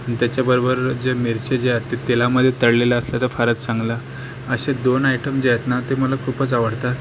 अन त्याच्याबरोबर ज्या मिरच्या ज्या आहेत त्या तेलामध्ये तळलेल्या असलेल्या फारच चांगल्या असे दोन आयटम जे आहेत ना ते मला खूपच आवडतात